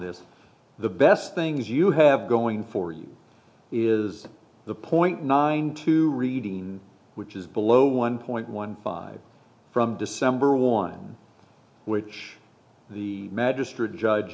this the best things you have going for you is the point nine two reading which is below one point one five from december one which the magi